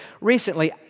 recently